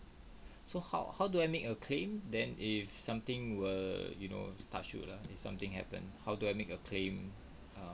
so how how do I make a claim then if something will you know touch wood uh if something happened how do I make a claim um